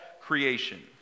creation